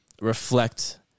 reflect